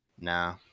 nah